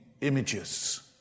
images